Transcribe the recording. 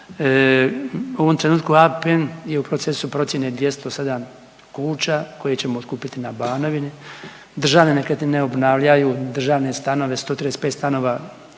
U ovom trenutku APN je u procesu procjene 207 kuća koje ćemo otkupiti na Banovini, Državne nekretnine obnavljaju državne stanove, 135 stanova